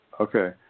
Okay